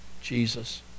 Jesus